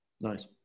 Nice